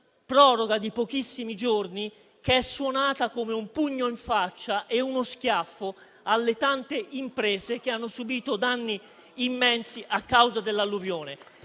proroga di pochissimi giorni che è suonata come un pugno in faccia, uno schiaffo alle tante imprese che hanno subito danni immensi a causa dell'alluvione.